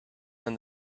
and